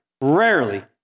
rarely